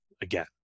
Again